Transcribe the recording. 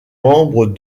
membres